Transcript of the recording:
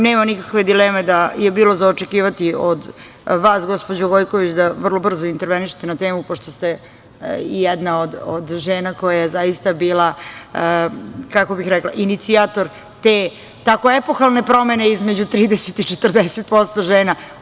Nema nikakve dileme da je bilo za očekivati od vas, gospođo Gojković, da vrlo brzo intervenišete na temu pošto ste jedna od žena koja je zaista bila, kako bih rekla, inicijator te tako epohalne promene između 30% i 40% žena.